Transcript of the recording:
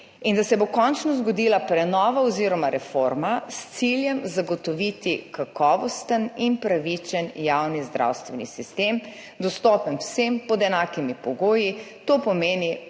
in da se bo končno zgodila prenova oziroma reforma s ciljem zagotoviti kakovosten in pravičen javni zdravstveni sistem, dostopen vsem pod enakimi pogoji. To pomeni